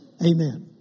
Amen